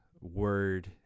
word